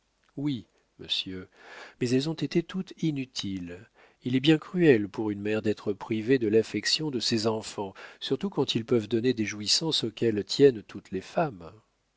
oui monsieur mais elles ont été toutes inutiles il est bien cruel pour une mère d'être privée de l'affection de ses enfants surtout quand ils peuvent donner des jouissances auxquelles tiennent toutes les femmes